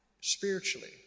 spiritually